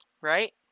Right